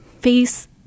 face